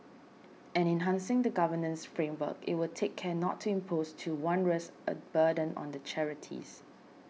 and enhancing the governance framework it will take care not to impose too onerous a burden on the charities